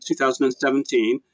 2017